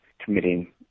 committing